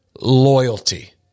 Loyalty